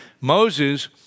Moses